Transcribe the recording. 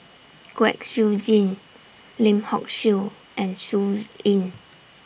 Kwek Siew Jin Lim Hock Siew and Sun Yee